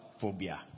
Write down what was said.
phobia